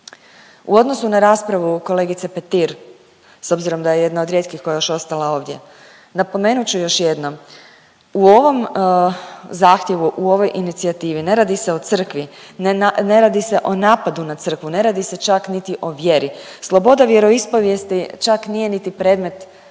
U odnosu na raspravu kolegice Petir, s obzirom da je jedna od rijetkih koja je još ostala ovdje, napomenut ću još jednom. U ovom zahtjevu, u ovoj inicijativi ne radi se o crkvi, ne radi se o napadu na crkvu, ne radi se čak niti o vjeri, sloboda vjeroispovijesti čak nije niti predmet